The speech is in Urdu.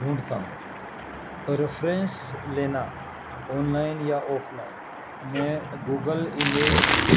ڈھونڈھتا ہوں ریفرینس لینا آن لائن یا آف لائن میں گوگل ایمیج